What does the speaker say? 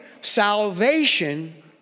salvation